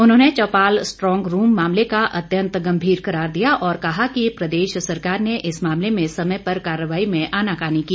उन्होंने Chaupal strong room मामले को अत्यंत गंभीर करार दिया और कहा कि प्रदेश सरकार ने इस मामले में समय पर कार्रवाई में आनाकानी की